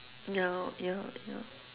ya lor ya ya